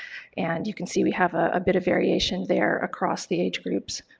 and you can see we have a bit of variation there across the age groups,